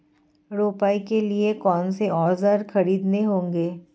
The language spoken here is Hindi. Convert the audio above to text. रोपाई के लिए कौन से औज़ार खरीदने होंगे?